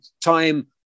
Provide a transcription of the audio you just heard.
time